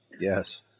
yes